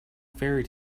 ferry